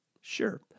Sure